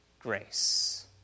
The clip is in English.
grace